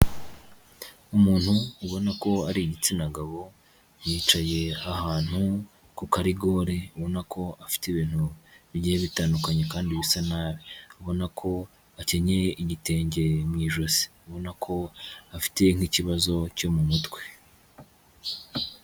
Umuntu ubona ko ari igitsina gabo yicaye ahantu ku karigore, ubona ko afite ibintu bigiye bitandukanye kandi bisa nabi, ubona ko akenye igitenge mu ijosi, ubona ko afite nk'ikibazo cyo mu mutwe.